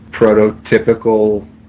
prototypical